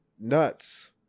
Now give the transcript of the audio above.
Nuts